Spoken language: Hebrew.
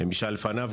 ומי שהיה לפניו.